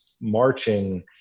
marching